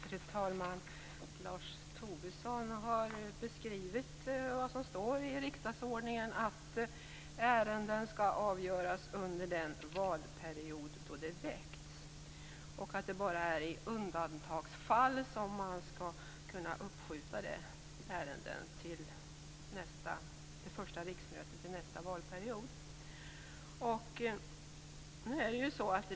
Fru talman! Lars Tobisson har beskrivit vad som står i riksdagsordningen, att ärenden skall avgöras under den valperiod då de väckts och att man bara i undantagsfall kan uppskjuta ärenden till första riksmötet i nästa valperiod.